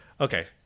okay